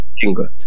jingle